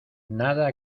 nada